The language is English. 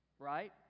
Right